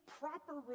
proper